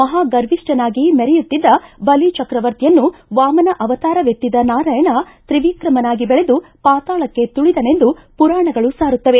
ಮಹಾಗರ್ವಿಷ್ಠನಾಗಿ ಮೆರೆಯುತ್ತಿದ್ದ ಬಲಿ ಚಕ್ರವರ್ತಿಯನ್ನು ವಾಮನ ಅವತಾರ ವೆತ್ತಿದ ನಾರಾಯಣ ತ್ರಿವಿಕ್ರಮನಾಗಿ ಬೆಳೆದು ಪಾತಾಳಕ್ಕೆ ತುಳಿದನೆಂದು ಪುರಾಣಗಳು ಸಾರುತ್ತವೆ